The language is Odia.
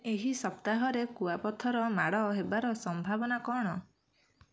ଏହି ସପ୍ତାହରେ କୁଆପଥର ମାଡ଼ ହେବାର ସମ୍ଭାବନା କ'ଣ